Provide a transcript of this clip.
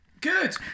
Good